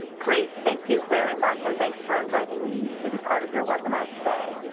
great. thank you very much, and thanks for inviting me to be part of your webinar today.